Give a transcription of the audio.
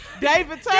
david